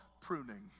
pruning